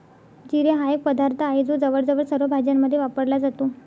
जिरे हा एक पदार्थ आहे जो जवळजवळ सर्व भाज्यांमध्ये वापरला जातो